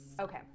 Okay